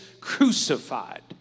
crucified